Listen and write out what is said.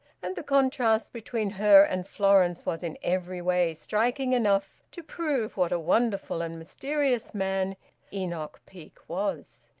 and the contrast between her and florence was in every way striking enough to prove what a wonderful and mysterious man enoch peake was.